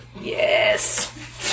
Yes